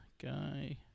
Guy